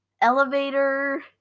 elevator